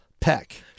Peck